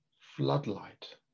floodlight